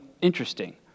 interesting